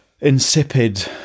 insipid